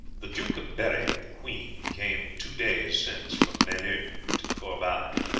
the duke of berri with the queen came two days since from melun to corbeil,